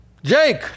Jake